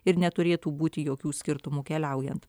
ir neturėtų būti jokių skirtumų keliaujant